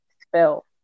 spell